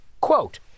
quote